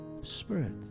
Spirit